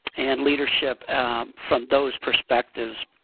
and leadership from those perspectives.